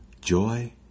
joy